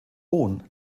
hohn